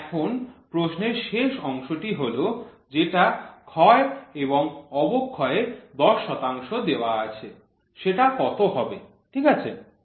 তো এখন প্রশ্নের শেষ অংশটি হল যেটা ক্ষয় এবং অবক্ষয় এর ১০ শতাংশ দেওয়া আছে সেটা কত হবে ঠিক আছে